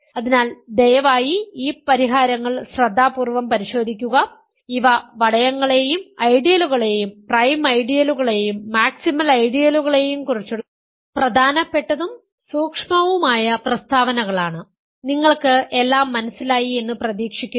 അതിനാൽ ദയവായി ഈ പരിഹാരങ്ങൾ ശ്രദ്ധാപൂർവ്വം പരിശോധിക്കുക ഇവ വളയങ്ങളെയും ഐഡിയലുകളെയും പ്രൈം ഐഡിയലുകളെയും മാക്സിമൽ ഐഡിയലുകളെയും കുറിച്ചുള്ള പ്രധാനപ്പെട്ടതും സൂക്ഷ്മവുമായ പ്രസ്താവനകളാണ് നിങ്ങൾക്ക് എല്ലാം മനസ്സിലായി എന്ന് പ്രതീക്ഷിക്കുന്നു